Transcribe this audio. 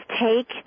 take